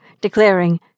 declaring